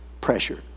pressure